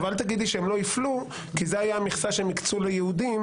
אל תגידי שם לא הפלו כי זה היה המכסה שהם הקצו ליהודים.